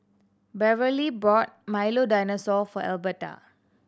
Beverley bought Milo Dinosaur for Alberta